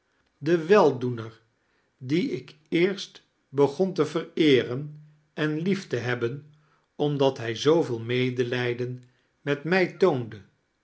de weldoener dien ik eerst begon te vereeinen en lief te hebben omdat hij zooveel medelijden met mij